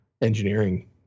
engineering